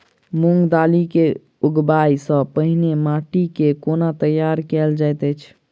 मूंग दालि केँ उगबाई सँ पहिने माटि केँ कोना तैयार कैल जाइत अछि?